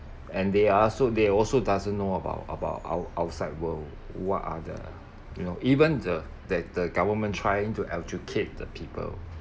and they are so they also doesn't know about about out outside world what are the you know even the that the government trying to educate the people